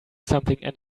something